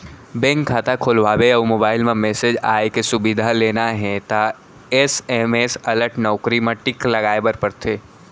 bank खाता खोलवाबे अउ मोबईल म मेसेज आए के सुबिधा लेना हे त एस.एम.एस अलर्ट नउकरी म टिक लगाए बर परथे